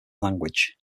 language